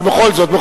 אבל בכל זאת.